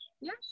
Yes